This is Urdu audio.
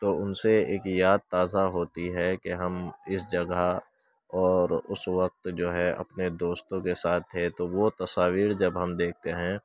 تو ان سے ایک یاد تازہ ہوتی ہے کہ ہم اس جگہ اور اس وقت جو ہے اپنے دوستوں کے ساتھ تھے تو وہ تصاویر جب ہم دیکھتے ہیں